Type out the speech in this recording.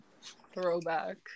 Throwback